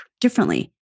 differently